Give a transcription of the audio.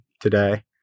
today